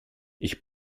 ich